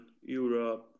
Europe